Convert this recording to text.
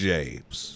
James